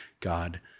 God